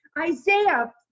Isaiah